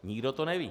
Nikdo to neví.